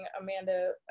Amanda